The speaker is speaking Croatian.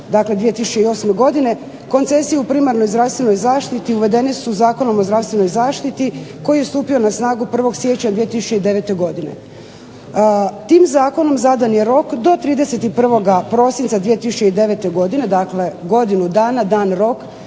2008. godine koncesiju u primarnoj zdravstvenoj zaštiti uvedene su zakonom o zdravstvenoj zaštiti koji je stupio na snagu 1. siječnja 2009. godine. Tim zakonom zadan je rok do 31. prosinca 2009. godine, dakle godinu dana dan rok